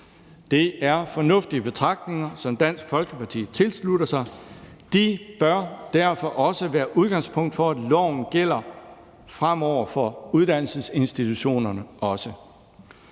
Det er fornuftige betragtninger, som Dansk Folkeparti tilslutter sig. De bør derfor også være udgangspunkt for, at loven fremover også gælder for uddannelsesinstitutionerne.